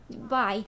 Bye